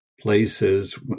places